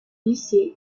lycée